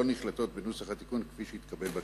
לא נכללות בנוסח התיקון כפי שהתקבל בכנסת.